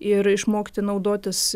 ir išmokti naudotis